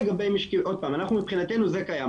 עוד פעם, מבחנתנו זה קיים.